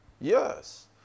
yes